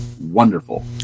wonderful